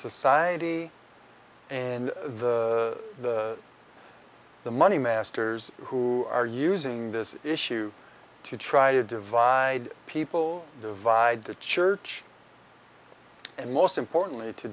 society and the money masters who are using this issue to try to divide people divide the church and most importantly to